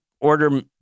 order